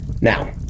Now